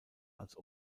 als